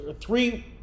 three